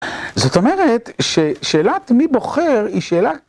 זאת אומרת ששאלת 'מי בוחר' היא שאלה.